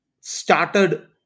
started